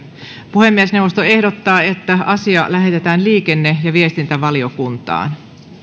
puhemiesneuvosto ehdottaa että asia lähetetään liikenne ja viestintävaliokuntaan